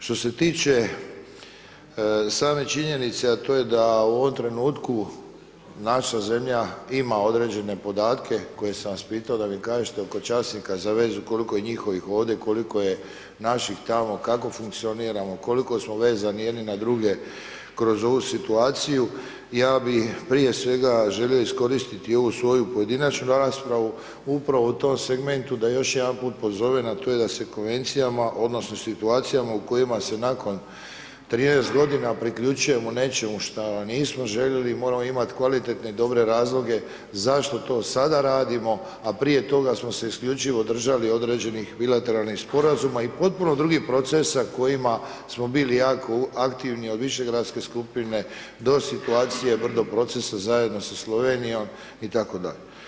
Što se tiče same činjenice a to je da u ovom trenutku naša zemlja ima određene podatke koje sam vas pitao da mi kažete oko časnika za vezu koliko je njihovih ovdje, koliko je naših tamo, kako funkcioniramo, koliko smo vezani jedne na druge kroz ovu situaciju, ja bi bih prije svega želio iskoristiti ovu svoju pojedinačnu raspravu upravo u tom segmentu da još jedanput pozove na to i da se konvencijama odnosno situacijama u kojima se nakon 13 g. priključujemo nečemu šta nismo željeli, moramo imati kvalitetne i dobre razloge zašto to sada radimo a prije toga smo se isključivo držali određenih bilateralnih sporazuma i potpuno drugi procesa kojima smo bili jako aktivni od Višegradske skupine do situacije brdo procesa zajedno sa Slovenijom itd.